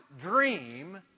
dream